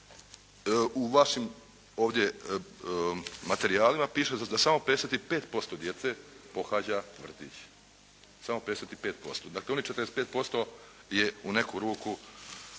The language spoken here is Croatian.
U vašim ovdje materijalima piše da samo 55% djece pohađa vrtić. Samo 55%. Dakle, onih 45% je, u neku ruku,